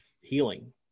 healing